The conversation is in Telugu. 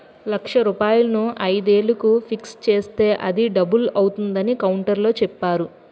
లక్ష రూపాయలను ఐదు ఏళ్లకు ఫిక్స్ చేస్తే అది డబుల్ అవుతుందని కౌంటర్లో చెప్పేరు